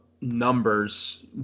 numbers